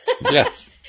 Yes